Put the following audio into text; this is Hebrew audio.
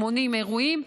80 אירועים,